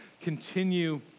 continue